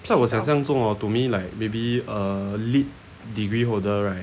在我想象中 hor to me like maybe err lit degree holder right